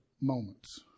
moments